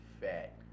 fat